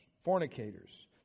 fornicators